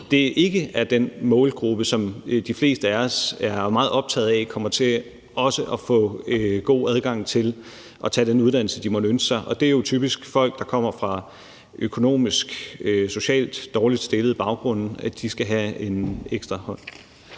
su-år, ikke er den målgruppe, som de fleste af os er meget optagede af kommer til også at få god adgang til at tage den uddannelse, de måtte ønske sig. Det er jo typisk folk, der kommer fra økonomisk og socialt dårligt stillede baggrunde, som skal have en ekstra hånd.